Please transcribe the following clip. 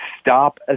stop